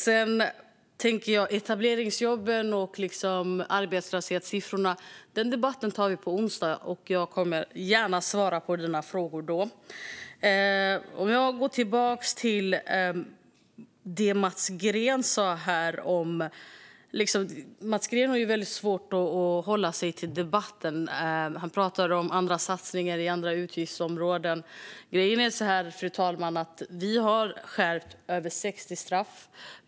Debatten om etableringsjobben och arbetslöshetssiffrorna tar vi på onsdag, och jag kommer gärna att svara på dina frågor då. Jag går tillbaka till det Mats Green sa här tidigare. Han har väldigt svårt att hålla sig till debatten och pratar om andra satsningar i andra utgiftsområden. Vi har skärpt över 60 straff, fru talman.